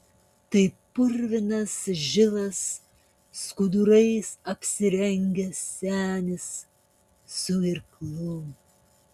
tai purvinas žilas skudurais apsirengęs senis su irklu